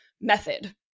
method